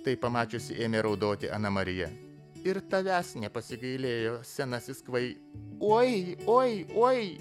tai pamačiusi ėmė raudoti ana marija ir tavęs nepasigailėjo senasis kvai oi oi oi